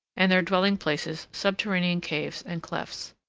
and their dwelling-places subterranean caves and clefts.